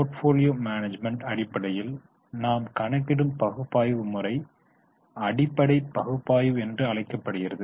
portfolio management அடிப்படையில் நாம் கணக்கிடும் பகுப்பாய்வு முறை அடிப்படை பகுப்பாய்வு என்று அழைக்கப்படுகிறது